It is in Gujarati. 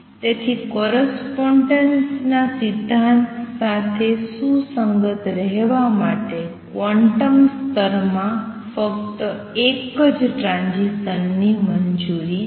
તેથી કોરસ્પોંડેન્સ ના સિદ્ધાંત સાથે સુસંગત રહેવા માટે ક્વોન્ટમ સ્તરમાં ફક્ત એક જ ટ્રાંઝીસનની મંજૂરી છે